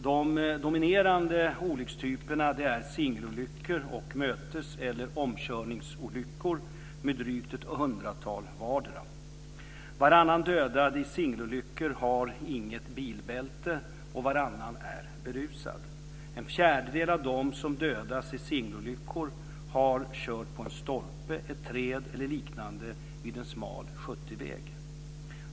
De dominerande olyckstyperna är singelolyckor och mötes eller omkörningsolyckor med drygt ett hundratal vardera. Varannan dödad i singelolyckor har inget bilbälte, och varannan är berusad. En fjärdedel av dem som dödas i singelolyckor har kört på en stolpe, ett träd eller liknande vid en smal 70-väg.